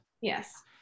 Yes